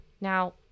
Now